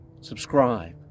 Subscribe